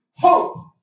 Hope